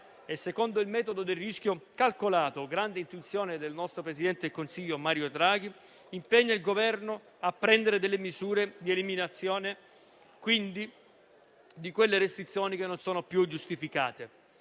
secondo il metodo del rischio calcolato, grande intuizione del nostro presidente del Consiglio Mario Draghi, impegna il Governo a prendere misure di eliminazione delle restrizioni non più giustificate.